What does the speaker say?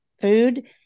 food